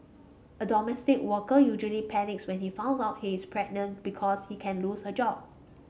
a domestic worker usually panics when he found out he is pregnant because she can lose her job